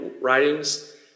writings